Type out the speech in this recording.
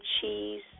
cheese